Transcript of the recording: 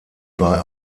bei